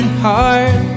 heart